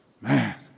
Man